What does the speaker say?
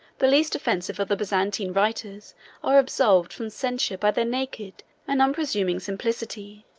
the least offensive of the byzantine writers are absolved from censure by their naked and unpresuming simplicity